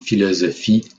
philosophie